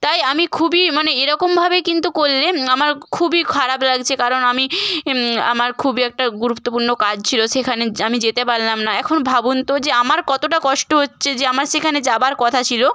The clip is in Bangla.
তাই আমি খুবই মানে এরকমভাবে কিন্তু করলে আমার খুবই খারাপ লাগছে কারণ আমি আমার খুবই একটা গুরুত্বপূর্ণ কাজ ছিল সেখানে য্ আমি যেতে পারলাম না এখন ভাবুন তো যে আমার কতটা কষ্ট হচ্ছে যে আমার সেখানে যাওয়ার কথা ছিল